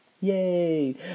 Yay